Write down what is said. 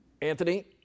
Anthony